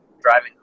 driving